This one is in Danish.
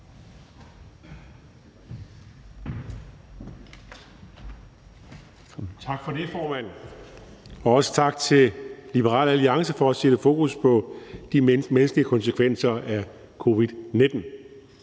Tak for det, formand, og også tak til Liberal Alliance for at sætte fokus på de menneskelige konsekvenser af covid-19.